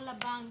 או לבנק,